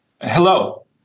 Hello